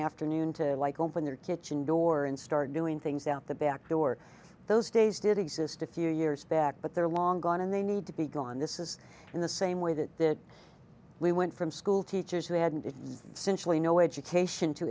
afternoon to like open their kitchen door and start doing things out the back door those days did exist a few years back but they're long gone and they need to be gone this is in the same way that we went from school teachers who had an exemption we know education to